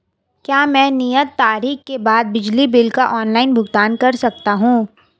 क्या मैं नियत तारीख के बाद बिजली बिल का ऑनलाइन भुगतान कर सकता हूं?